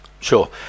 Sure